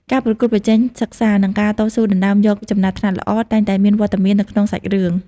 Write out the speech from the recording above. ការប្រកួតប្រជែងសិក្សា និងការតស៊ូដណ្តើមយកចំណាត់ថ្នាក់ល្អតែងតែមានវត្តមាននៅក្នុងសាច់រឿង។